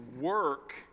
work